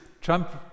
Trump